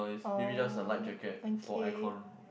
oh okay